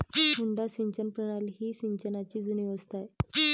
मुड्डा सिंचन प्रणाली ही सिंचनाची जुनी व्यवस्था आहे